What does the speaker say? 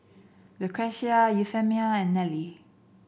Lucretia Euphemia and Nellie